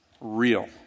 real